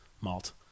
malt